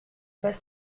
pas